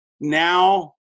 now